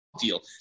deal